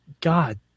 God